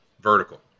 vertical